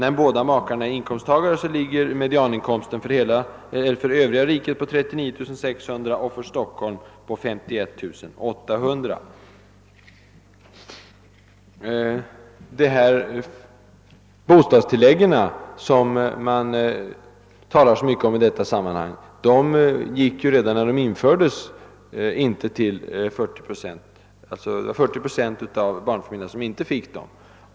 Är båda makarna inkomsttagare, ligger medianinkomsten på 39 600 kronor i riket i övrigt och på 51 800 kronor i Stockholm. När de bostadstillägg som det här har talats så mycket om, infördes, var det endast ca 40 procent av barnfamiljerna som fick ett sådant bidrag.